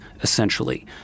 essentially